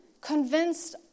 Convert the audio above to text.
convinced